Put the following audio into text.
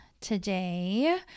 today